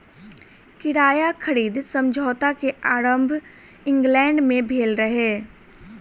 किराया खरीद समझौता के आरम्भ इंग्लैंड में भेल रहे